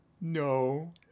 No